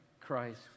Christ